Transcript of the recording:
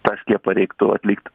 tą skiepą reiktų atlikt